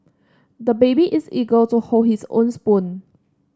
the baby is eager to hold his own spoon